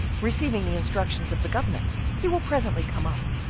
receiving the instructions of the governor he will presently come up.